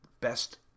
Best